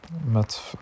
met